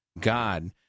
God